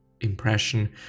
impression